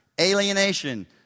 alienation